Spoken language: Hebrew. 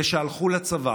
אלה שהלכו לצבא